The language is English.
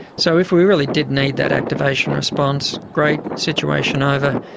so if we really did need that activation response, great, situation over,